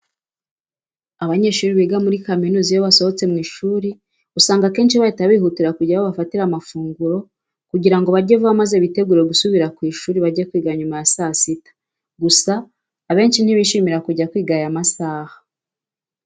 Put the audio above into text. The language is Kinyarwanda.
Abanyeshuri biga muri kaminuza iyo basohotse mu ishuri usanga akenshi bahita bihutira kujya aho bafatira amafunguro kugira ngo barye vuba maze bitegure gusubira ku ishuri bajye kwiga nyuma ya saa sita. Gusa abenshi ntibishimira kujya kwiga aya masaha.